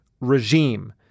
regime